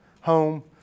home